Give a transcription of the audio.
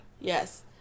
Yes